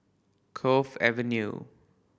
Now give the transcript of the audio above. Cove Avenue